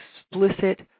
explicit